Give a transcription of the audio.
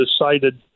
decided